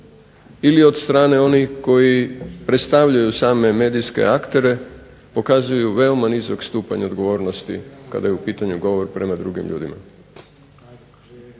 ili od strane onih koji predstavljaju same medijske aktere pokazuju veoma nizak stupanj odgovornosti kada je u pitanju govor prema drugim ljudima.